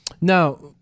Now